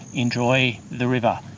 enjoy the river,